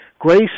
Grace